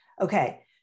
Okay